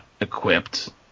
equipped